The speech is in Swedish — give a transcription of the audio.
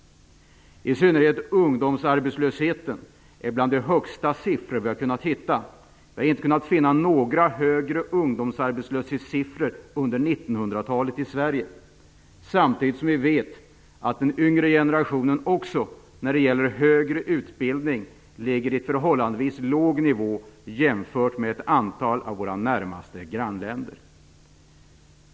Siffrorna för ungdomsarbetslösheten är bland de högsta vi har kunnat hitta. Jag har inte kunnat finna att dessa siffror har varit högre i Sverige någon gång under 1900-talet. Samtidigt vet vi att den yngre generationen ligger på en förhållandevis låg nivå när det gäller högre utbildning, jämfört med ett antal av våra närmaste grannländer.